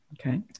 Okay